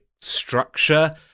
structure